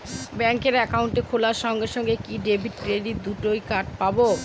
Bank account খোলার সঙ্গে সঙ্গে কি ডেবিট ক্রেডিট দুটো কার্ড পাবো?